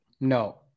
No